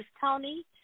Tony